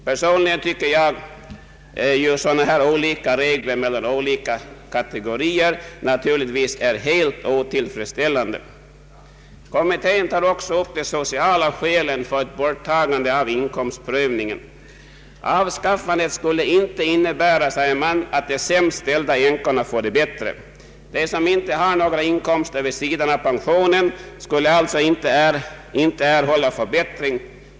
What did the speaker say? Personligen anser jag att sådana olika regler mellan olika kategorier änkor naturligtvis är helt otillfredsställande. Kommittén tar också upp de sociala skälen för ett borttagande av inkomstprövningen. Avskaffandet skulle inte innebära, säger man, att de sämst ställda änkorna får det bättre. De som inte har några inkomster vid sidan av pensionen skulle alltså inte erhålla förbättring.